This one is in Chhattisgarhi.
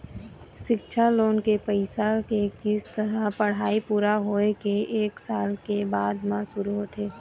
सिक्छा लोन के पइसा के किस्त ह पढ़ाई पूरा होए के एक साल के बाद म शुरू होथे